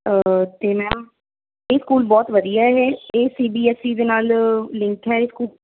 ਅਤੇ ਮੈਮ ਇਹ ਸਕੂਲ ਬਹੁਤ ਵਧੀਆ ਇਹ ਇਹ ਸੀ ਬੀ ਐਸ ਈ ਦੇ ਨਾਲ ਲਿੰਕ ਹੈ ਇਹ ਸਕੂ